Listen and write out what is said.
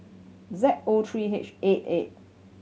Z O three H eight eight